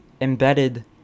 embedded